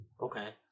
Okay